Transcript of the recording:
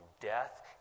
death